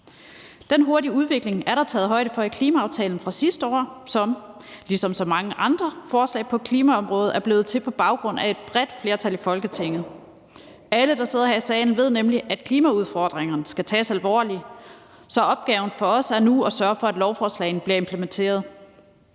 Den hurtige udvikling er der taget højde for i klimaaftalen fra sidste år, som ligesom så mange andre forslag på klimaområdet er blevet til på baggrund af et bredt flertal i Folketinget. Alle, der sidder her i salen, ved nemlig, at klimaudfordringerne skal tages alvorligt, så opgaven for os er nu at sørge for, at lovforslagene bliver implementeret.